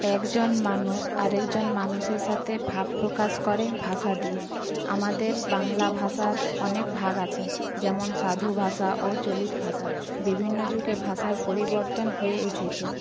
একজন মানুষ আরেকজন মানুষের সাথে ভাব প্রকাশ করে ভাষা দিয়ে আমাদের বাংলা ভাষার অনেক ভাগ আছে যেমন সাধু ভাষা ও চলিত ভাষা বিভিন্ন যুগে ভাষার পরিবর্তন হয়ে এসেছে